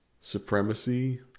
supremacy